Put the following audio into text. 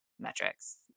metrics